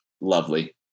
lovely